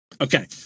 Okay